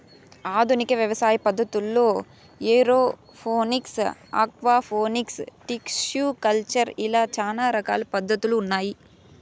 ఆధునిక వ్యవసాయ పద్ధతుల్లో ఏరోఫోనిక్స్, ఆక్వాపోనిక్స్, టిష్యు కల్చర్ ఇలా చానా రకాల పద్ధతులు ఉన్నాయి